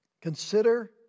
Consider